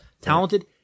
Talented